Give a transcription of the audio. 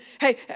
hey